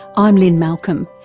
i'm lynne malcolm,